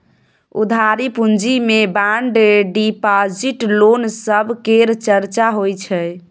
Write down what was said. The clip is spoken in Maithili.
उधारी पूँजी मे बांड डिपॉजिट, लोन सब केर चर्चा होइ छै